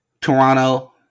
Toronto